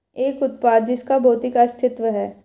एक उत्पाद जिसका भौतिक अस्तित्व है?